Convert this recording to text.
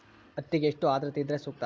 ಹತ್ತಿಗೆ ಎಷ್ಟು ಆದ್ರತೆ ಇದ್ರೆ ಸೂಕ್ತ?